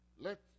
let